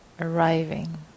arriving